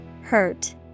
Hurt